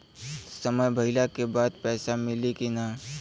समय भइला के बाद पैसा मिली कि ना?